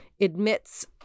admits